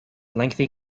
lengthy